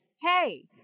hey